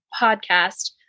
podcast